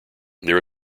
there